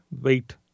weight